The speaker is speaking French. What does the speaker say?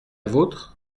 vôtre